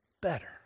better